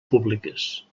públiques